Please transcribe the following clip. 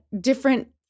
different